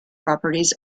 properties